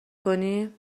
کنی